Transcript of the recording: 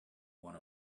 one